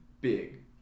big